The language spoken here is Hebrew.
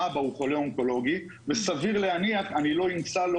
האבא חולה אונקולוגי וסביר להניח שאני לא אמצא לו